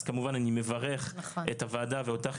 אז כמובן אני מברך את הוועדה ואותך,